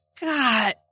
God